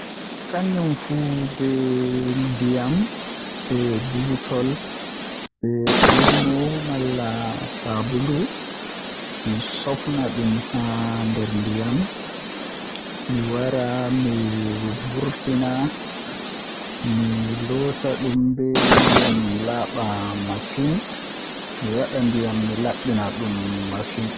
Kanjum fu be ndiyam be buutol be omo malla sabulu mi sofna dum haa ndiyam mi wara mi vuuwa mi loota dum be ndiyam laaba masin.